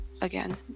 again